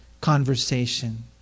conversation